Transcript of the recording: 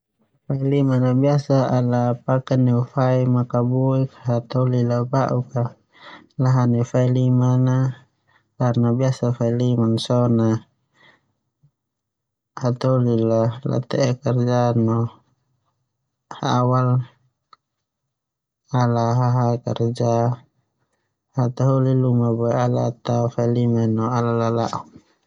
Fai lima a biasa ala asosiasikanbneu fau makabuik. Hataholi ba'uk a lahani fai limabkarna biasa faubliman so na hataholinla late'e kerja no awal ala hahae kerja. Hataholi luma boe al tao fai liman no liburan.